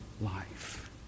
life